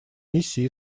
миссии